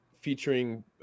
featuring